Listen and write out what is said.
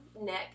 neck